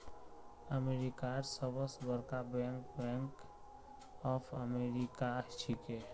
अमेरिकार सबस बरका बैंक बैंक ऑफ अमेरिका छिके